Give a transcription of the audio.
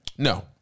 No